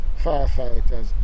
firefighters